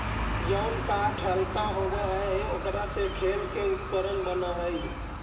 जउन काष्ठ हल्का होव हई, ओकरा से खेल के उपकरण बनऽ हई